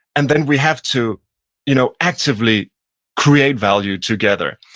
and then we have to you know actively create value together.